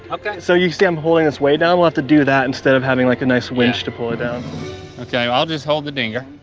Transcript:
ah okay. so, you see i'm holding this weigh down? we'll have to do that instead of having like a nice winch to pull it down. okay, well i'll just hold the dinger.